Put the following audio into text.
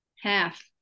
half